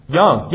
young